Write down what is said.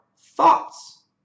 Thoughts